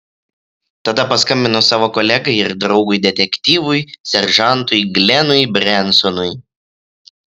tada paskambino savo kolegai ir draugui detektyvui seržantui glenui brensonui